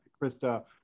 Krista